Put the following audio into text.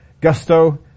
gusto